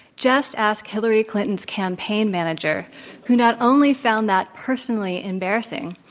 just ask hillary clinton's campaign manager who not only found that personally embarrassing,